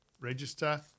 register